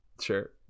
Sure